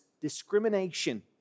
discrimination